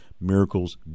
Miracles